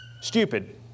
stupid